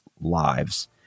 lives